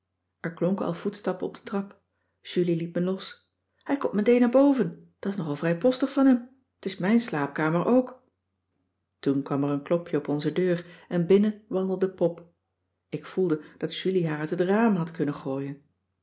er klonken al voetstappen op de trap julie liet me los hij komt meteen naar boven da's nogal vrijpostig van hem t is mijn slaapkamer ook toen kwam er een klopje op onze deur en binnen wandelde pop ik voelde dat julie haar uit het raam had kunnen gooien